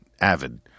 avid